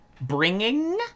Bringing